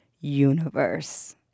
universe